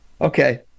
Okay